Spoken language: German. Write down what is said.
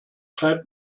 treibt